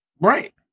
Right